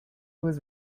was